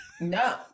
No